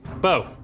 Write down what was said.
Bo